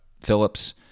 Phillips